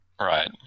Right